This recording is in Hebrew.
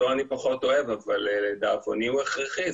שאותו אני פחות אוהב אבל לדאבוני הוא הכרחי,